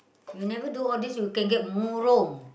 you never do all these you can get murung